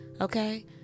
Okay